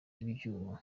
ibyuma